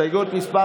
הסתייגות מס'